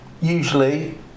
usually